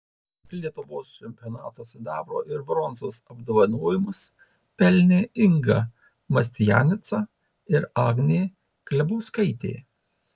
lietuvos čempionato sidabro ir bronzos apdovanojimus pelnė inga mastianica ir agnė klebauskaitė